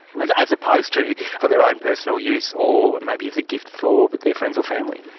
as as opposed to for their own personal use or maybe as a gift for their friends or family.